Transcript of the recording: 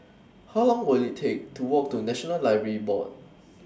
How Long Will IT Take to Walk to National Library Board